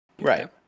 right